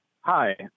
Hi